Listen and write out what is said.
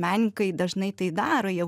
menininkai dažnai tai daro jie